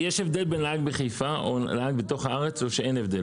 יש הבדל בין נהג בתוך הארץ או לא?